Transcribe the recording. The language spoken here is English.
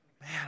man